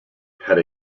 had